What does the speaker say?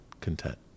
content